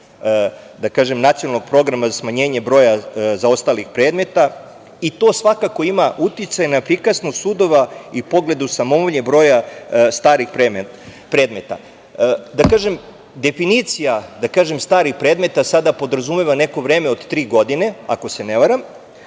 Nacionalnog programa za smanjenje broja zaostalih predmeta, i to svakako ima uticaj na efikasnost sudova i pogled u broj starih predmeta. Definicija starih predmeta sada podrazumeva neku vreme od tri godine, ako se ne varam,